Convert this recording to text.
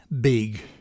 big